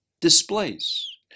displays